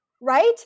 Right